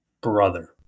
brother